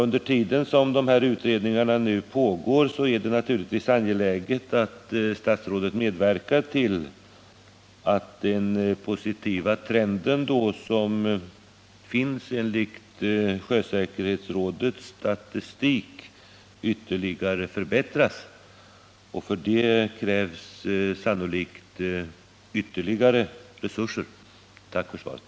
Under tiden som de här utredningarna pågår är det naturligtvis angeläget att statsrådet medverkar till att den positiva trend som finns enligt sjösäkerhetsrådets statistik ytterligare förbättras, och för det krävs sannolikt ytterligare resurser. Tack för svaret!